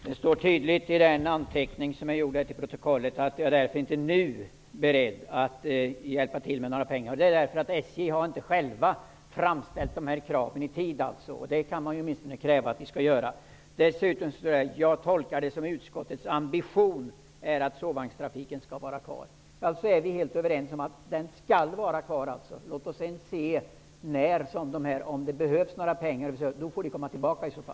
Herr talman! Det står tydligt i den anteckning som jag gjorde till protokollet att man inte nu är beredd att hjälpa till med några pengar, därför att SJ har inte framställt sina krav i tid. Det kan man åtminstone kräva att SJ skall göra. Jag sade att jag tolkar det så att utskottets ambition är att sovvagnstrafiken skall vara kvar. Alltså är vi överens om att den skall vara kvar. Om det sedan behövs mer pengar, får vi återkomma.